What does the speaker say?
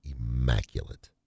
immaculate